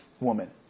woman